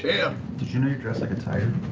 and did you know you're dressed like a tiger?